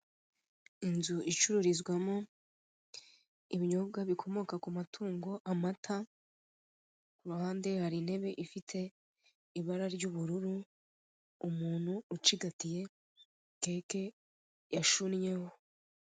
Inzu icururizwamo ibinyobwa bikomoka ku matungo amata, ku ruhande hari intebe ifite ibara ry'ubururu, umuntu ucigatiye keke yashunnyeho.